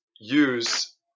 use